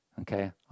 Okay